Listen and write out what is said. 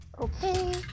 Okay